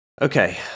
Okay